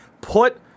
Put